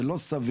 זה לא סביר.